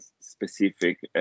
specific